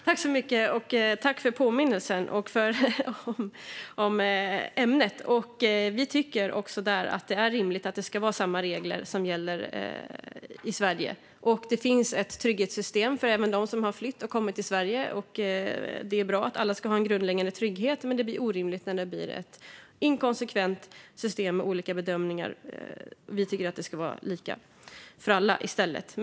Herr talman! Tack så mycket för påminnelsen om ämnet! Vi tycker att det är rimligt att samma regler ska gälla i Sverige. Det finns ett trygghetssystem även för dem som har flytt och kommit till Sverige. Det är bra att alla har en grundläggande trygghet, men det blir orimligt att ha ett inkonsekvent system med olika bedömningar. Vi tycker att det ska vara lika för alla.